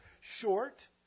short